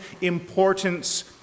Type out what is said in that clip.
importance